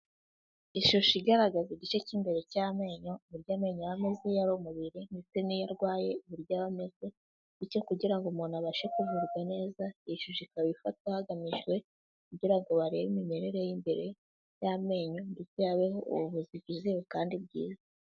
Ishusho igaragaza igice cy'imbere cy'amenyo, uburya amenyo aba amezi iyo ari mu mubiri ndetse n'iyo arwaye uburyo aba ameze, bityo kugira ngo umuntu abashe kuvurwa neza, iyi shusho ikaba ifatwa hagamijwe kugira ngo barebe imimerere y'imbere y'amenyo, ndetse habeho ubuvuzi bwizewe kandi bwiza.